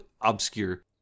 Obscure